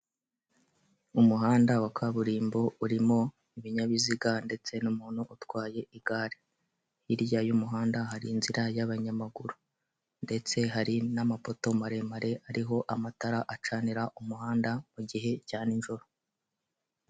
Umuhanda wa kaburimbo urimo ibinyabiziga ndetse n'umuntu utwaye igare hirya y'umuhanda hari inzira y'abanyamaguru, ndetse hari n'amapoto maremare ariho amatara acanira umuhanda mu gihe cya nijoro.